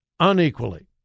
Unequally